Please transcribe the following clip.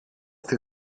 στη